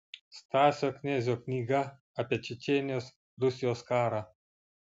stasio knezio knyga apie čečėnijos rusijos karą